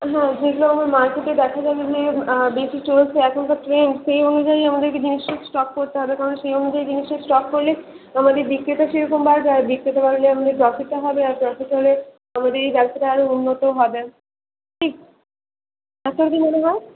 হ্যাঁ ওগুলো আমার মার্কেটে দেখালাম যে বেশি চলছে এখনকার ট্রেন্ড সেই অনুযায়ী আমাদেরকে জিনিসের স্টক করতে হবে কারণ সেই অনুযায়ী জিনিসের স্টক করলে আমাদের বিক্রিটা সেরকম বাড়বে আর বিক্রিটা বাড়লে আমাদের প্রফিটও হবে আর প্রফিট হলে আমাদের এই ব্যবসাটা আরো উন্নত হবে ঠিক আপনার কী মনে হয়